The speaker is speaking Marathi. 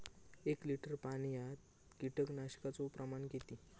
एक लिटर पाणयात कीटकनाशकाचो प्रमाण किती?